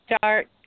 start